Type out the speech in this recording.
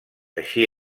així